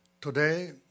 Today